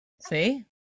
see